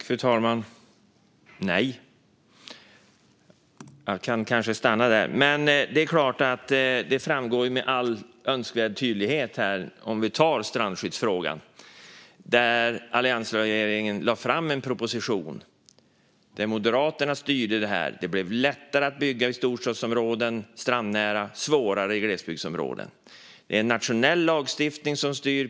Fru talman! Nej! Jag kan kanske stanna där. Det är klart att det i strandskyddsfrågan framgår med all önskvärd tydlighet att alliansregeringen lade fram en proposition där Moderaterna styrde. Det blev lättare att bygga strandnära i storstadsområden och svårare i glesbygdsområden. Det är en nationell lagstiftning som styr.